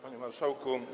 Panie Marszałku!